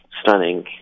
stunning